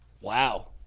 wow